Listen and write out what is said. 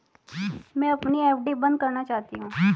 मैं अपनी एफ.डी बंद करना चाहती हूँ